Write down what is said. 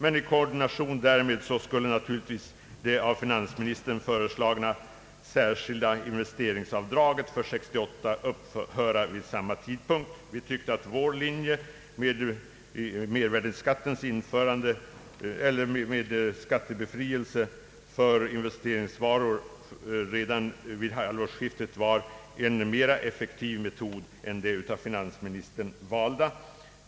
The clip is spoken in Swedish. I koordination härmed skulle naturligtvis det av finansministern föreslagna särskilda investeringsavdraget för år 1968 upphöra vid samma tidpunkt. Vi tyckte att vår linje med skattebefrielse för investeringsvaror redan vid halvårsskiftet var mera effektiv än den av finansministern valda.